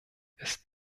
ist